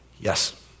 Yes